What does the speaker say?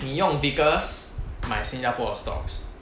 你用 vickers 买新加坡的 stocks